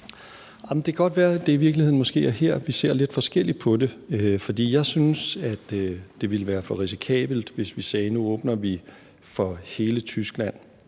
Det kan godt være, det i virkeligheden er her, vi ser lidt forskelligt på det, for jeg synes, at det ville være for risikabelt, hvis vi sagde, at nu åbner vi for hele Tyskland